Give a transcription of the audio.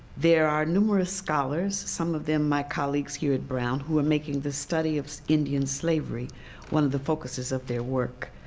there are numerous scholars, some of them my colleagues here brown, who are making the study of indian slavery one of the focuses of their work.